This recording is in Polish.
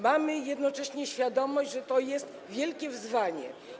Mamy jednocześnie świadomość, że to jest wielkie wyzwanie.